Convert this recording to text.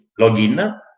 login